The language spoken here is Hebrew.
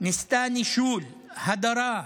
ניסתה נישול, הדרה,